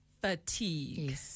fatigue